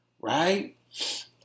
right